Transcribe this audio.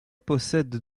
possède